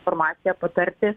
formaciją patarti